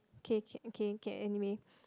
K K K K anyway